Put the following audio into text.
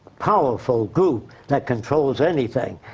powerful group that controls anything.